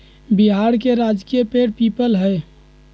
बिहार के राजकीय पेड़ पीपल हई